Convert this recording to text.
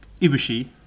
Ibushi